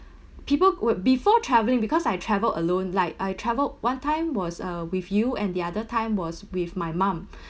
people would before travelling because I travel alone like I traveled one time was uh with you and the other time was with my mum